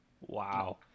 wow